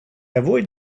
avoid